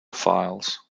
files